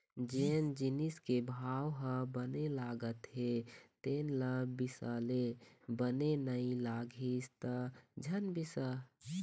जेन जिनिस के भाव ह बने लागत हे तेन ल बिसा ले, बने नइ लागिस त झन बिसा